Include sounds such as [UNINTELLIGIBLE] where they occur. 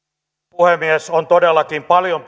puhemies on todellakin paljon [UNINTELLIGIBLE]